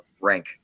rank